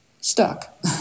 stuck